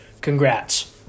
Congrats